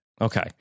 Okay